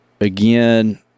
again